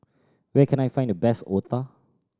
where can I find the best otah